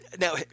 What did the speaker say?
Now